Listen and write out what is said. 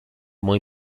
muy